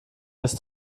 ist